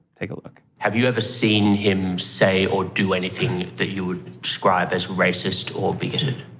take a look. have you ever seen him say or do anything that you would describe as racist or bigoted?